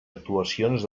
actuacions